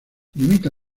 limita